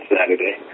Saturday